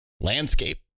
Landscape